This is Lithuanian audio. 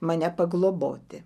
mane pagloboti